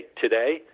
today